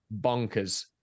bonkers